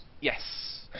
Yes